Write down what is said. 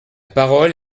parole